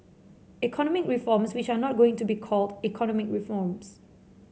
economic reforms which are not going to be called economic reforms